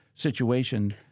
situation